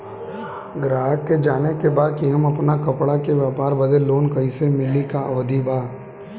गराहक के जाने के बा कि हमे अपना कपड़ा के व्यापार बदे लोन कैसे मिली का विधि बा?